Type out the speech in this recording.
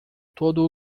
todo